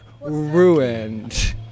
ruined